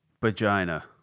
Vagina